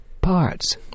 parts